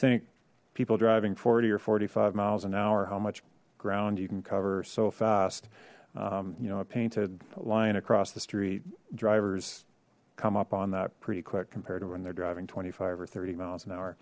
think people driving forty or forty five miles an hour how much ground you can cover so fast you know a painted line across the street drivers come up on that pretty quick compared to when they're driving twenty five or thirty miles an hour